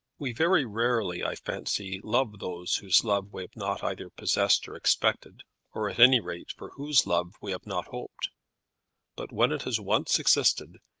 we very rarely, i fancy, love those whose love we have not either possessed or expected or at any rate for whose love we have not hoped but when it has once existed,